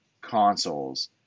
consoles